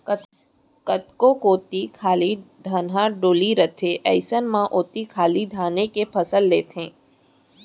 कतको कोती खाली धनहा डोली रथे अइसन म ओती खाली धाने के फसल लेथें